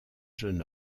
jeune